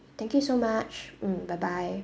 thank you so much mm bye bye